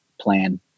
plan